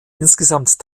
insgesamt